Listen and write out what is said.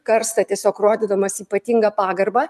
karstą tiesiog rodydamas ypatingą pagarbą